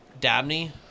Dabney